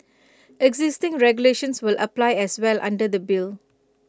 existing regulations will apply as well under the bill